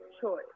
choice